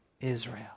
Israel